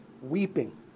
weeping